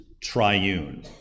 triune